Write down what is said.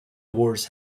wars